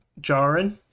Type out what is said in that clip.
jarin